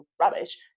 rubbish